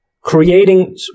creating